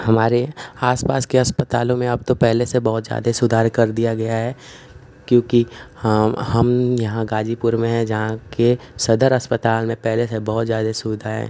हमारे आसपास के अस्पतालों में अब तो पहले से बहुत ज़्यादा सुधार कर दिया गया है क्योंकि हम हम यहाँ गाज़ीपुर में हैं जहाँ के सदर अस्पताल में पहले से बहुत ज़्यादा सुविधाएँ